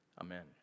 Amen